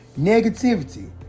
negativity